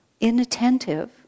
inattentive